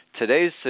today's